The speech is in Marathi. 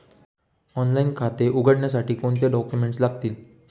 ऑनलाइन खाते उघडण्यासाठी कोणते डॉक्युमेंट्स लागतील?